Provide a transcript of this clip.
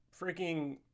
freaking